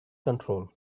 control